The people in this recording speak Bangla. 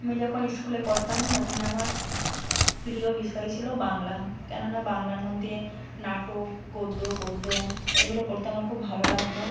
আমি যখন স্কুলে পড়তাম তখন আমার প্রিয় বিষয় ছিলো বাংলা কেন না বাংলার মধ্যে নাটক গদ্য পদ্য এগুলো পড়তে আমার খুব ভালো লাগতো